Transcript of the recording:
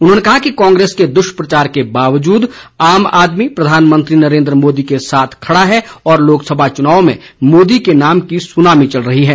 उन्होंने कहा कि कांग्रेस के दुष्प्रचार के बावजूद आम आदमी प्रधानमंत्री नरेन्द्र मोदी के साथ खड़ा है और लोकसभा चुनाव में मोदी के नाम की सुनामी चल रही है